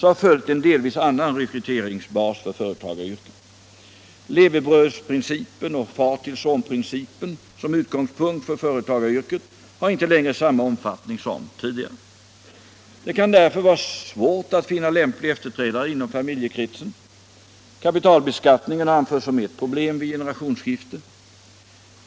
har följt en delvis annan rekryteringsbas för företagaryrket. ”Levebrödsprincipen” och ”far till sonprincipen” som utgångspunkt för företagaryrket har inte längre samma omfattning som tidigare. Det kan därför vara svårt att finna lämplig efterträdare inom familjekretsen. Kapitalbeskattningen har anförts som ett problem vid generationsskifte.